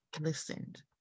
listened